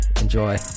Enjoy